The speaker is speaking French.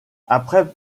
après